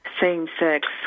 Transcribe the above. same-sex